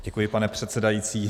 Děkuji, pane předsedající.